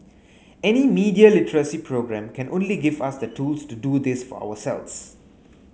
any media literacy programme can only give us the tools to do this for ourselves